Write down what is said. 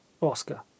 oscar